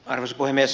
arvoisa puhemies